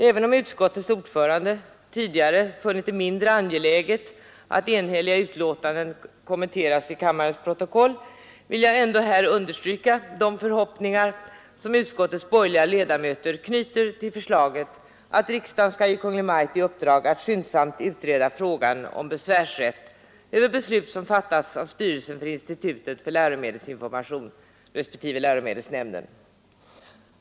Även om utskottets ordförande tidigare funnit det mindre angeläget att enhälliga betänkanden kommenteras i kammarens protokoll vill jag här understryka de förhoppningar som utskottets borgerliga ledamöter knyter till förslaget att riksdagen skall ge Kungl. Maj:t i uppdrag att skyndsamt utreda frågan om besvärsrätt över beslut som fattats av styrelsen för institutet för läromedelsinformation respektive läromedelsnämnden.